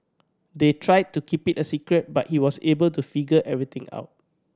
they tried to keep it a secret but he was able to figure everything out